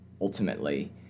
ultimately